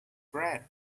bread